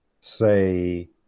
say